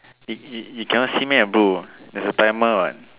it it it cannot see meh bro there's a timer what